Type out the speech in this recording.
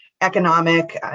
economic